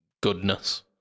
Goodness